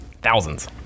thousands